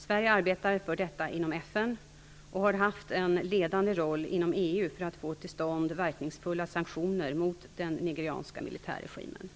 Sverige arbetar för detta inom FN, och har haft en ledande roll inom EU för att få till stånd verkningsfulla sanktioner mot den nigerianska militärregimen.